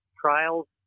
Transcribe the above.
trials